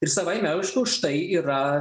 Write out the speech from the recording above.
ir savaime aišku už tai yra